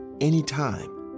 Anytime